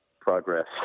progress